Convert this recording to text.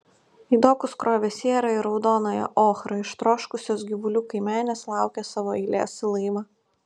į dokus krovė sierą ir raudonąją ochrą ištroškusios gyvulių kaimenės laukė savo eilės į laivą